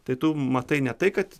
tai tu matai ne tai kad